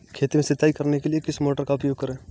खेत में सिंचाई करने के लिए किस मोटर का उपयोग करें?